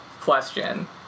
question